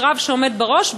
יש רב שעומד בראש,